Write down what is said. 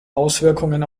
auswirkungen